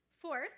Fourth